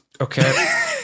Okay